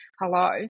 hello